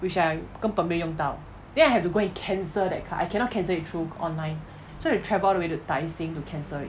which I 根本没有用到 then I have to go and cancel that card I cannot cancel it through online so have to travel all the way to tai seng to cancel it